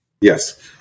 Yes